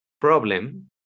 problem